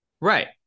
Right